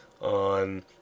on